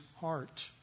heart